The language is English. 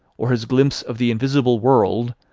or his glimpse of the invisible world,